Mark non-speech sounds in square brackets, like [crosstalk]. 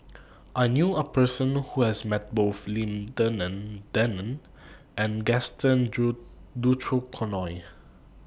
I knew A Person Who has Met Both Lim Denan Denon and Gaston [unintelligible] Dutronquoy